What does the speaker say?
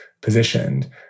positioned